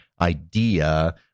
idea